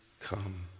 come